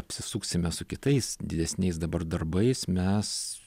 apsisuksime su kitais didesniais dabar darbais mes